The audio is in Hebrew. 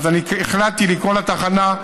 אז אני החלטתי לקרוא לתחנה,